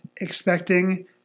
expecting